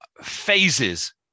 phases